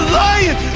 lion